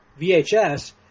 VHS